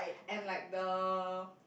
and like the